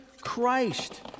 Christ